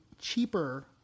cheaper